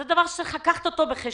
זה דבר שצריך להביא בחשבון.